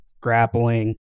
grappling